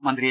മന്ത്രി എ